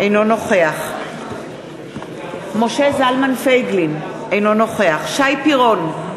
אינו נוכח משה זלמן פייגלין, אינו נוכח שי פירון,